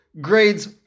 grades